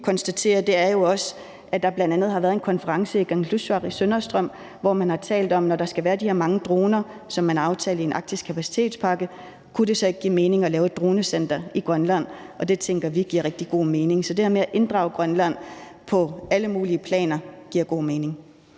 er jo også, at der bl.a. har været en konference i Kangerlussuaq, Søndre Strømfjord, hvor man har talt om, at når der skal være de her mange droner, som man har aftalt i den arktiske kapacitetspakke, kunne det så ikke give mening at lave et dronecenter i Grønland. Og det tænker vi giver rigtig god mening. Så det her med at inddrage Grønland på alle mulige planer giver god mening.